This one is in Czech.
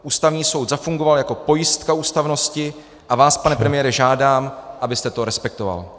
Ústavní soud zafungoval jako pojistka ústavnosti, a vás, pane premiére, žádám, abyste to respektoval.